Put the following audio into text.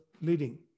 leading